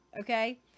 okay